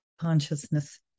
consciousness